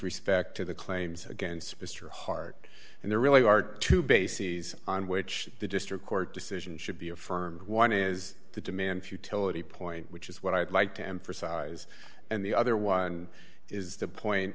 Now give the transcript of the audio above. respect to the claims against mr hart and there really are two bases on which the district court decision should be affirmed one is the demand futility point which is what i'd like to emphasize and the other one is the point